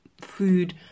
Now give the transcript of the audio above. food